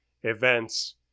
events